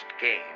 game